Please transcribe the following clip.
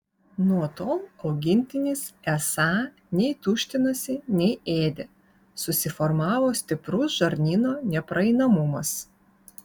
nuo tol augintinis esą nei tuštinosi nei ėdė susiformavo stiprus žarnyno nepraeinamumas